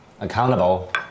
accountable